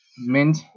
mint